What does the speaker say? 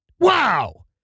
Wow